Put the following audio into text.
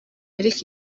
ariko